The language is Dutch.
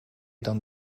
dan